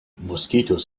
mosquitoes